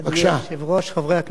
אדוני היושב-ראש, חברי הכנסת,